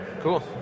Cool